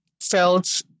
felt